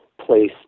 place